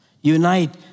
Unite